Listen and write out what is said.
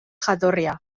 jatorria